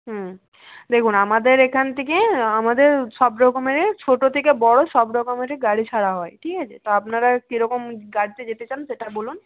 হুম দেখুন আমাদের এখান থেকে আমাদের সব রকমেরে ছোটো থেকে বড়ো সব রকমেরই গাড়ি ছাড়া হয় ঠিকাছে তো আপনারা কীরকম গাড়িতে যেতে চান সেটা বলুন